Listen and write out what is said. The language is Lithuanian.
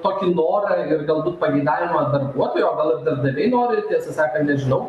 tokį norą ir galbūt pageidavimą darbuotojai o gal darbdaviai nori tiesą sakant nežinau